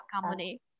company